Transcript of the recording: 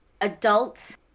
adult